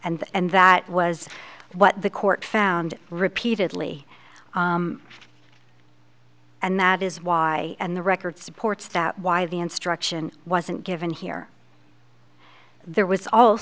and that was what the court found repeatedly and that is why and the record supports that why the instruction wasn't given here there was al